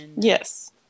Yes